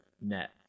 net